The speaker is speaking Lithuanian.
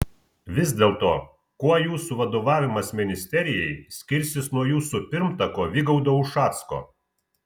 vis dėlto kuo jūsų vadovavimas ministerijai skirsis nuo jūsų pirmtako vygaudo ušacko